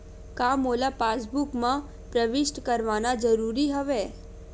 का मोला पासबुक म प्रविष्ट करवाना ज़रूरी हवय?